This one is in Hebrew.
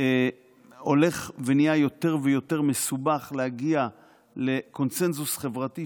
הולך ונהיה יותר ויותר מסובך להגיע לקונסנזוס חברתי,